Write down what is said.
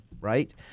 Right